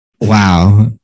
Wow